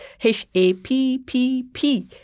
H-A-P-P-P